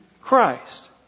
Christ